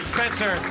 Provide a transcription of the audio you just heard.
Spencer